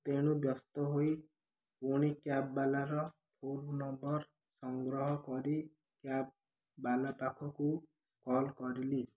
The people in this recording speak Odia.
ତେଣୁ ବ୍ୟସ୍ତ ହୋଇ ପୁଣି କ୍ୟାବ୍ ବାଲାର ଫୋନ ନମ୍ବର ସଂଗ୍ରହ କରି କ୍ୟାବ୍ ବାଲା ପାଖକୁ କଲ୍ କରିଲି